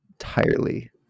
entirely